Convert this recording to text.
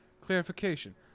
Clarification